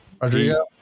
Rodrigo